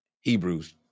Hebrews